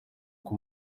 uko